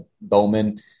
Bowman